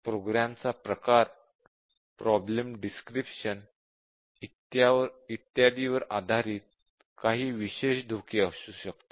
प्रोग्रामचा प्रकार problem description इत्यादींवर आधारित काही विशेष धोके असू शकतात